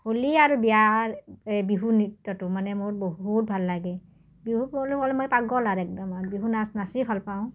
হোলী আৰু বিয়াৰ এই বিহু নৃত্যটো মানে মোৰ বহুত ভাল লাগে বিহু বুলি ক'লে মই পাগল আৰু একদম বিহু নাচ নাচি ভালপাওঁ